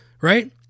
right